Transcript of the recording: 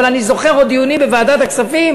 אבל אני עוד זוכר דיונים בוועדת הכספים,